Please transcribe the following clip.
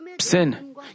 sin